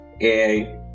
AI